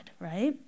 right